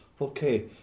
Okay